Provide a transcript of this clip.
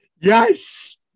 Yes